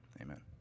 amen